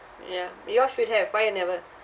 ya you all should have why you never